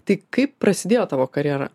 tai kaip prasidėjo tavo karjera